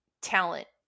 talent